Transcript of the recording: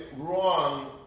wrong